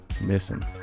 missing